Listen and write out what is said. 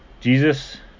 Jesus